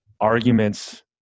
arguments